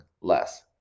less